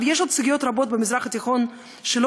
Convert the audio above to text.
יש עוד סוגיות רבות במזרח-התיכון שלא